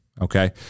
Okay